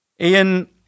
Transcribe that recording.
Ian